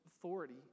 authority